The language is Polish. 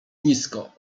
nisko